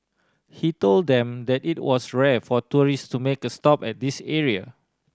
he told them that it was rare for tourist to make a stop at this area